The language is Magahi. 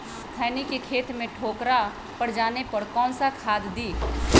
खैनी के खेत में ठोकरा पर जाने पर कौन सा खाद दी?